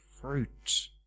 fruit